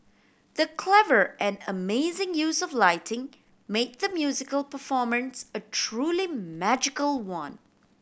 the clever and amazing use of lighting made the musical performance a truly magical one